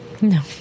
No